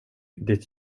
ditt